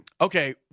Okay